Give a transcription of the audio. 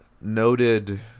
noted